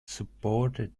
supported